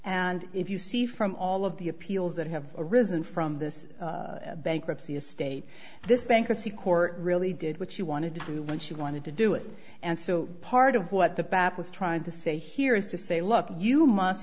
and if you see from all of the appeals that have arisen from this bankruptcy estate this bankruptcy court really did what she wanted to do when she wanted to do it and so part of what the back was trying to say here is to say look you must